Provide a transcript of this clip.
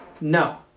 no